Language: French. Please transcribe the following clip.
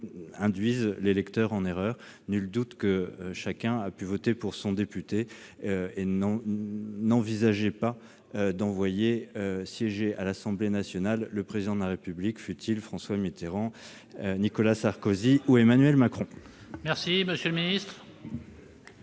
induisent les électeurs en erreur ? Nul doute que chacun a pu voter pour son député et n'envisageait pas d'envoyer siéger à l'Assemblée nationale le Président de la République, fut-il François Mitterrand, Nicolas Sarkozy ou Emmanuel Macron ... Quel est